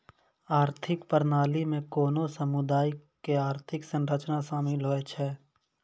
आर्थिक प्रणाली मे कोनो समुदायो के आर्थिक संरचना शामिल होय छै